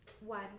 One